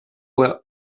were